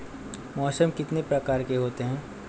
मौसम कितने प्रकार के होते हैं?